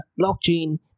Blockchain